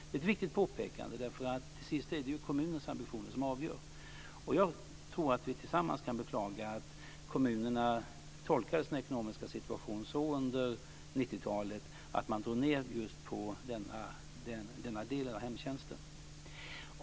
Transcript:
Det är ett viktigt påpekande, för det är till sist kommunens ambitioner som avgör. Jag tror att vi tillsammans kan beklaga att kommunerna tolkade sin ekonomiska situation så under 90-talet att de drog ned på just denna del av hemtjänsten.